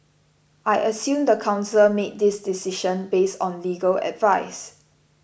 I assume the council made this decision based on legal advice